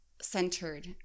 centered